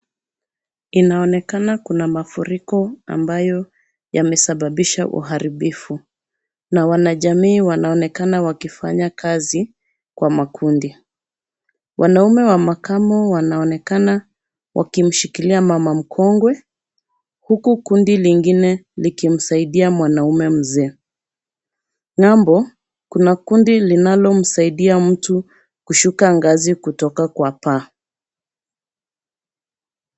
Inaonekana kuna mafuriko ambayo yamesababisha uharibifu, na wanajamii wanaonekana wakifanya kazi, kwa makundi. Wanaume wa makamo wanaonekana wakimshikilia mama mkongwe, huku kundi lingine likimsaidia mwanaume mzee. Ng'ambo kuna kundi linalomsaidia mtu kushuka ngazi kutoka kwa paa.